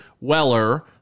Weller